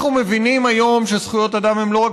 אנחנו מבינים היום שזכויות אדם הן לא רק